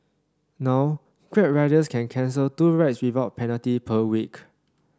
now Grab riders can cancel two rides without penalty per week